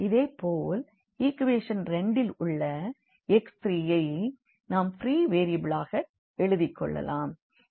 இதேபோல் ஈக்வேஷன் 2 இல் உள்ள x3 ஐ நாம் ப்ரீ வேரியபிள்களாக எழுதிக்கொள்ளலாம்